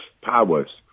powers